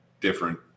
different